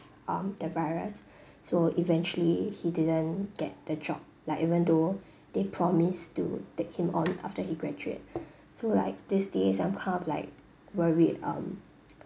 um the virus so eventually he didn't get the job like even though they promised to take him on after he graduate so like these days I'm kind of like worried um